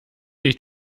dich